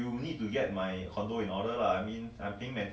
I just don't bother in my life leave me alone